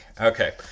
Okay